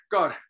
God